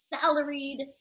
salaried